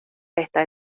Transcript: está